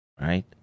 right